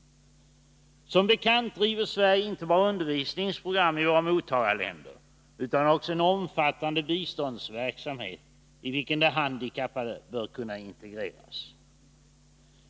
Som bekant driver Sverige inte bara undervisningsprogram i våra mottagarländer, utan också en omfattande biståndsverksamhet i vilken de bandikappade bör kunna integreras.